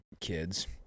kids